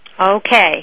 Okay